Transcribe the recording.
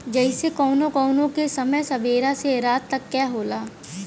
जइसे कउनो कउनो के समय सबेरा से रात तक क होला